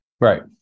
Right